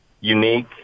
unique